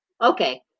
Okay